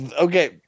Okay